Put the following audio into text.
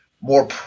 more